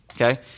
okay